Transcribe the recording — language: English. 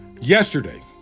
Yesterday